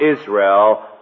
Israel